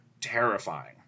terrifying